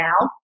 now